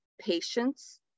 patience